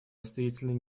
настоятельной